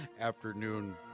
afternoon